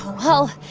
well,